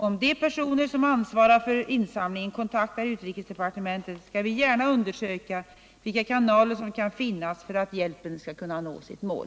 Om de personer som ansvarar för insamlingen kontaktar utrikesdepartementet, skall vi gärna undersöka vilka kanaler som kan finnas för att hjälpen skall nå sitt mål.